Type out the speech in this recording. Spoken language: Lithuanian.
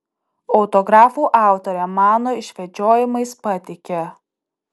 autografų autorė mano išvedžiojimais patiki